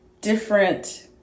different